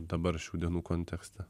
dabar šių dienų kontekste